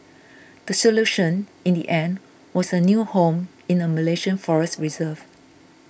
the solution in the end was a new home in a Malaysian forest reserve